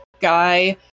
guy